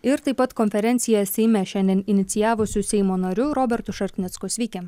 ir taip pat konferenciją seime šiandien inicijavusiu seimo nariu roberto šarknicko sveiki